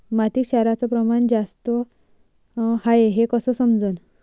मातीत क्षाराचं प्रमान जास्त हाये हे कस समजन?